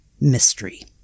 mystery